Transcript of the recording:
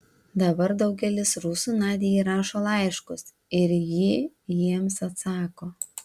dabar daugelis rusų nadiai rašo laiškus ir ji jiems atsako